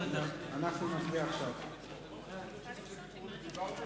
חוק הרשויות המקומיות (אכיפה סביבתית,